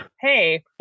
Hey